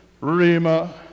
Rima